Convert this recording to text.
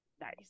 Nice